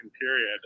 period